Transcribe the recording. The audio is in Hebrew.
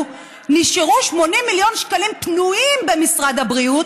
נשארו 80 מיליון שקלים פנויים במשרד הבריאות,